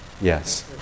Yes